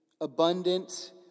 abundant